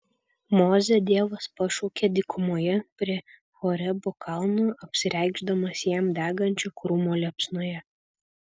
mozę dievas pašaukia dykumoje prie horebo kalno apsireikšdamas jam degančio krūmo liepsnoje